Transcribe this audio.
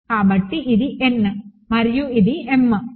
కాబట్టి ఇది n మరియు ఇది m